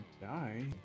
die